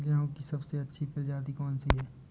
गेहूँ की सबसे अच्छी प्रजाति कौन सी है?